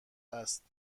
است